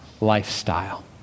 lifestyle